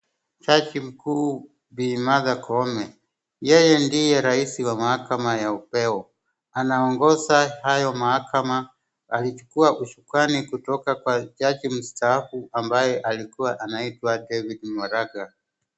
Jaji mkuu bi Martha Koome. Yeye ndiye rais wa mahakama ya upeo. Anaongoza hayo mahakama akichukua husukani kutoka kwa jaji mstaafu ambaye alikuwa anaitwa David Maraga.